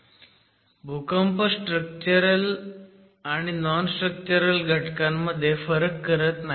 पण भूकंप स्ट्रक्चरल आणि नॉन स्ट्रक्चरल घटकांमध्ये फरक करत नाही